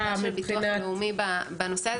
צריך לראות מה עמדת הביטוח הלאומי בנושא הזה.